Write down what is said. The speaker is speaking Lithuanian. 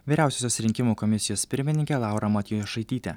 vyriausiosios rinkimų komisijos pirmininkė laurą matjošaitytę